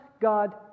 God